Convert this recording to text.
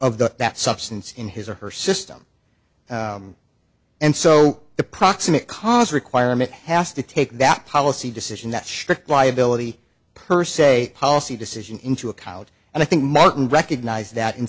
of the that substance in his or her system and so the proximate cause requirement has to take that policy decision that shtick liability per se policy decision into account and i think martin recognized that in